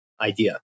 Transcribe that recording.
idea